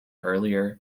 earlier